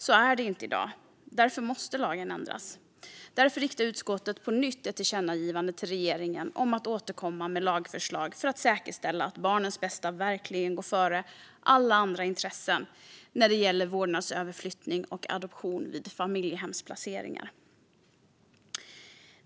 Så är det inte i dag. Därför måste lagen ändras, och därför riktar utskottet på nytt ett tillkännagivande till regeringen om att regeringen ska återkomma med lagförslag för att säkerställa att barnets bästa verkligen går före alla andra intressen när det gäller vårdnadsöverflyttning och adoption vid familjehemsplaceringar.